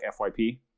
FYP